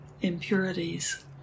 impurities